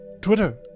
twitter